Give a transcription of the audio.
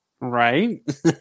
Right